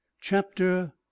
Chapter